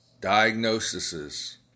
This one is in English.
diagnoses